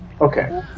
Okay